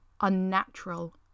Unnatural